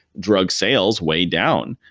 drug sales way down?